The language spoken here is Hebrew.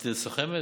את סוכמת?